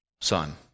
Son